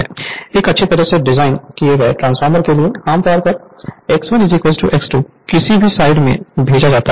Refer Slide Time 1632 एक अच्छी तरह से डिजाइन किए गए ट्रांसफार्मर के लिए आमतौर पर X1 X2 किसी भी साइड में भेजा जाता है